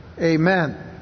Amen